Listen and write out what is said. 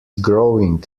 growing